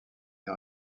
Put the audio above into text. air